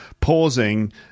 pausing